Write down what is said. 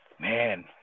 man